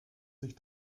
sich